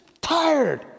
tired